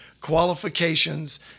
qualifications